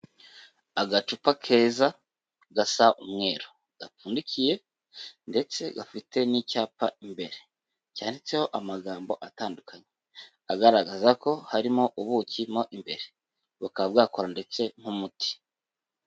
Agacupa keza gasa umweru gapfundikiye ndetse gafite n'icyapa imbere cyanditseho amagambo atandukanye, agaragaza ko harimo ubuki mo imbere, bukaba bwakora ndetse nk'umuti.